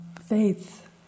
faith